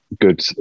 good